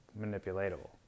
manipulatable